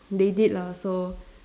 they did lah so